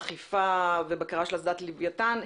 אכיפה ובקרה של אסדת לוויתן,